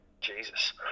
Jesus